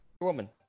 woman